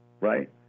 right